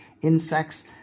insects